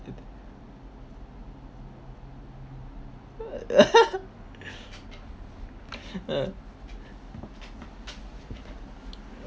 uh